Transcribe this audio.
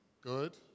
Good